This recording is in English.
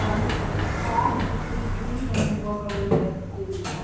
um mrs. black, would you please read and then we'll go into the the